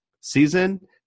season